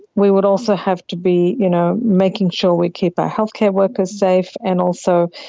we would also have to be you know making sure we keep our healthcare workers safe, and also